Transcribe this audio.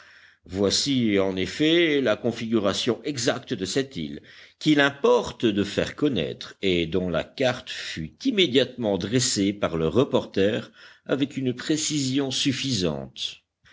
voici en effet la configuration exacte de cette île qu'il importe de faire connaître et dont la carte fut immédiatement dressée par le reporter avec une précision suffisante